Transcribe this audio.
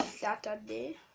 Saturday